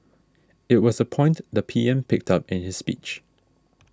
it was a point the P M picked up in his speech